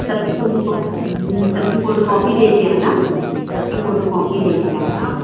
सबकी फोटोकॉपी सबकी फोटोकॉपी लेकर आना सबकी फोटोकॉपी लेकर आना आप